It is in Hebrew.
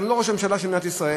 גם לא לראש הממשלה של מדינת ישראל.